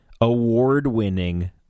award-winning